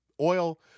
oil